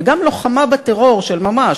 וגם לוחמה בטרור של ממש.